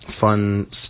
fun